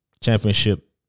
championship